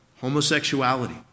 homosexuality